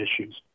issues